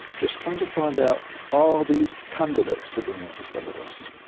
just trying to find out are these candidates for being interstellar dust.